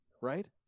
Right